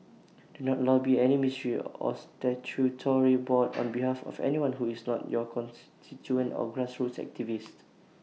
do not lobby any ministry or statutory board on behalf of anyone who is not your constituent or grassroots activist